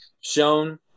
shown